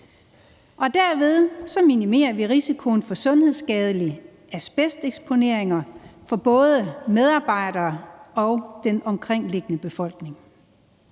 Derved minimerer vi risikoen for sundhedsskadelige asbesteksponeringer for både medarbejdere og den omkringliggende befolkning.